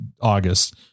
August